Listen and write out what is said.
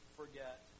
forget